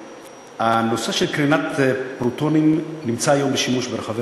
הקרנת פרוטונים נמצאת היום בשימוש ברחבי